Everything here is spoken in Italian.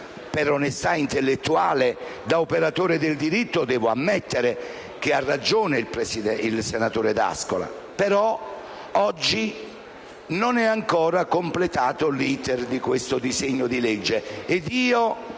Per onestà intellettuale, da operatore del diritto, devo ammettere che ha ragione il senatore D'Ascola. Tuttavia oggi non è ancora completato l'*iter* di questo disegno di legge